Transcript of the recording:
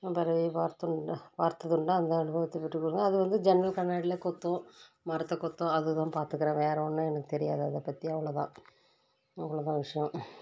பறவையை பார்த்ததுண்டா பார்த்ததுண்டா அந்த அனுபவத்தை பற்றி கூறுங்கள் அது வந்து ஜன்னல் கண்ணாடியில் கொத்தும் மரத்தைக் கொத்தும் அது தான் பார்த்துக்குறேன் வேறு ஒன்றும் எனக்கு தெரியாது அதை பத்தி அவ்வளோதான் அவ்வளோ தான் விஷயம்